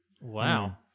Wow